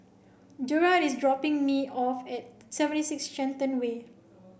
Jerrad is dropping me off at seventy six Shenton Way